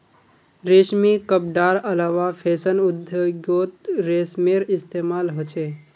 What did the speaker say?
रेशमी कपडार अलावा फैशन उद्द्योगोत रेशमेर इस्तेमाल होचे